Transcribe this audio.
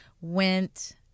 went